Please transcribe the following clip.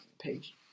page